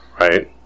Right